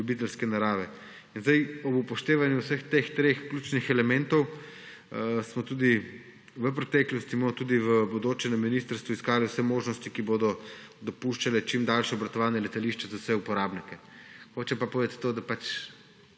ljubiteljske narave. Ob upoštevanju vseh teh treh ključnih elementov smo tudi v preteklosti in bomo tudi v bodoče na ministrstvu iskali vse možnosti, ki bodo dopuščale čim daljše obratovanje letališča za vse uporabnike. Želim povedati, da to